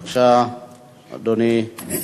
בבקשה, אדוני.